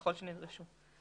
ככל שנדרשו.